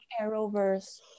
Arrowverse